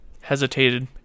hesitated